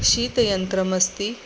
शीतयन्त्रमस्ति